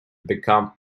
become